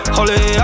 Holy